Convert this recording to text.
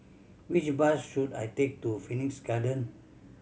which bus should I take to Phoenix Garden